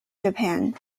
japan